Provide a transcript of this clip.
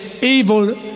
evil